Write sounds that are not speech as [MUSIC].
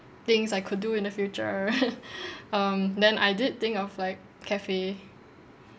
things I could do in the future [LAUGHS] um then I did think of like cafe